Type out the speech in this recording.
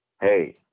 hey